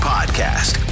Podcast